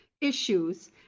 issues